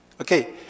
Okay